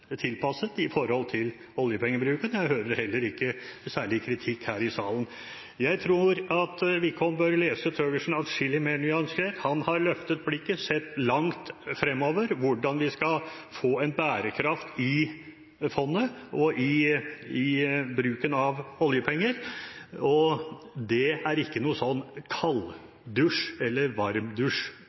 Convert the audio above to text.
tilpasset i forhold til oljepengebruken. Jeg hører heller ikke særlig kritikk her i salen. Jeg tror Wickholm bør lese Thøgersen atskillig mer nyansert. Han har løftet blikket og sett langt fremover hvordan vi skal få en bærekraft i fondet og i bruken av oljepenger, og det er ingen sånn plutselig kalddusj, eller